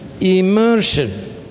Immersion